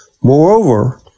Moreover